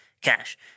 cash